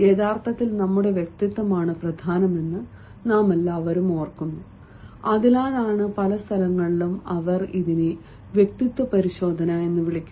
യഥാർത്ഥത്തിൽ നമ്മുടെ വ്യക്തിത്വമാണ് പ്രധാനമെന്ന് നാമെല്ലാവരും ഓർക്കുന്നു അതിനാലാണ് പല സ്ഥലങ്ങളിലും അവർ ഇതിനെ വ്യക്തിത്വ പരിശോധന എന്ന് വിളിക്കുന്നത്